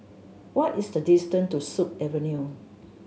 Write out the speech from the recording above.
what is the distance to Sut Avenue